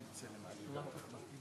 נהרי.